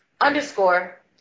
underscore